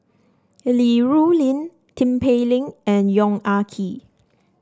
Li Rulin Tin Pei Ling and Yong Ah Kee